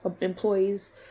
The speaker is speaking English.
employees